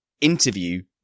interview